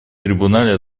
трибунале